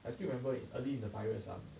I still remember early in the virus ah the